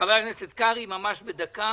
חבר הכנסת קרעי, ממש בדקה.